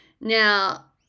Now